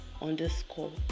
underscore